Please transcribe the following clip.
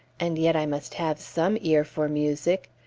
and yet i must have some ear for music.